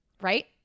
right